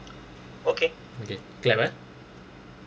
okay okay clap eh